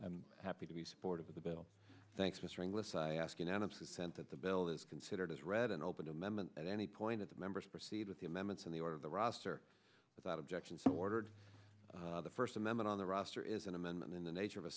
happy to be supportive of the bill thanks mr inglis i ask unanimous consent that the bill is considered as read and open amendment at any point that the members proceed with the amendments in the order of the roster without objection so ordered the first amendment on the roster is an amendment in the nature of a